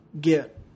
get